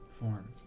form